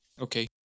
Okay